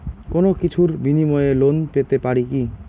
কোনো কিছুর বিনিময়ে লোন পেতে পারি কি?